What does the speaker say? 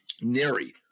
Neri